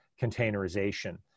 containerization